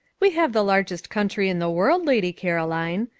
we have the largest country in the world, lady caroline.